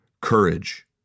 Courage